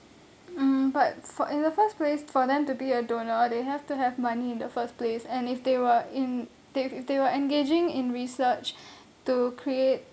um but for in the first place for them to be a donor they have to have money in the first place and if they were in they if they were engaging in research to create